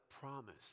promise